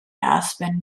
aspen